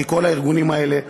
כי כל הארגונים האלה,